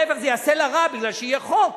להיפך, זה יעשה לה רע כי יהיה חוק